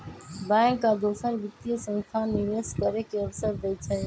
bank आ दोसर वित्तीय संस्थान निवेश करे के अवसर देई छई